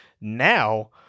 Now